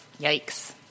Yikes